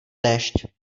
déšť